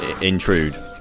Intrude